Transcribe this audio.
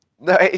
no